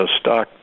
stock